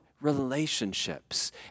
relationships